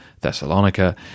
Thessalonica